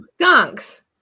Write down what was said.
skunks